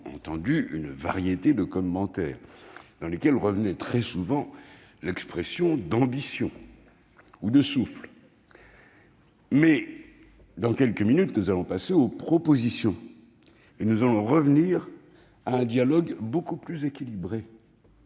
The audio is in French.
nous avons entendu une variété de commentaires, dans lesquels revenaient très souvent les mots « ambition » ou « souffle », mais, dans quelques minutes, nous allons passer aux propositions et, ainsi, revenir à un dialogue beaucoup plus équilibré.